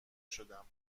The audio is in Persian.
شدم